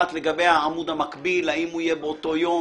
לגבי העמוד המקביל האם יהיה באותו יום,